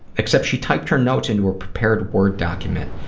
except she typed her notes into a prepared word document,